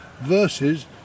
versus